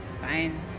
Fine